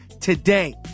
today